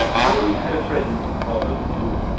tommy had a friend he called